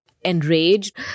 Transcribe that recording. enraged